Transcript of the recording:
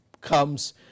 comes